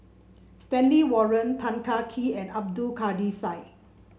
Stanley Warren Tan Kah Kee and Abdul Kadir Syed